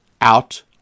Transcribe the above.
out